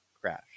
crash